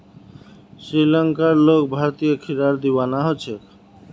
श्रीलंकार लोग भारतीय खीरार दीवाना ह छेक